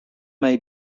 may